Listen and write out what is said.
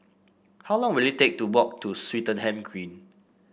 how long will it take to walk to Swettenham Green